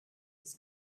was